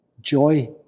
joy